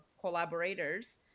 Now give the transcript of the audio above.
collaborators